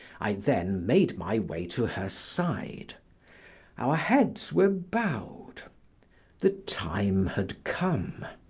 i then made my way to her side our heads were bowed the time had come,